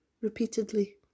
Repeatedly